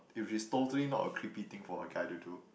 if it's totally not a creepy thing for a guy to do